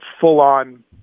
full-on